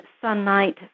sunlight